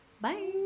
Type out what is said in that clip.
Bye